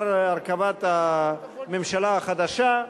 לאחר הרכבת הממשלה החדשה.